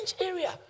area